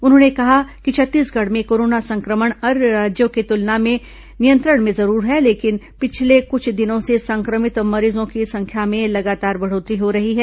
उन्होंने कहा कि छत्तीसगढ़ में कोरोना संक्रमण अन्य राज्यों के मुकाबले नियंत्रण में जरूर है लेकिन पिछले कुछ दिनों से संक्रमित मरीजों की संख्या में लगातार बढ़ोतरी हो रही है